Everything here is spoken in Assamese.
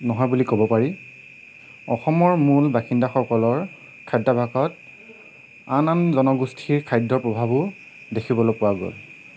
নহয় বুলি ক'ব পাৰি অসমৰ মূল বাসিন্দাসকলৰ খাদ্যাভাসত আন আন জনগোষ্ঠীৰ খাদ্যৰ প্ৰভাৱো দেখিবলৈ পোৱা গ'ল